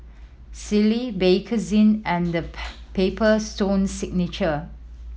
Sealy Bakerzin and The Paper Stone Signature